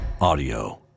Audio